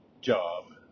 job